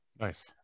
Nice